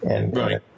Right